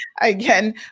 again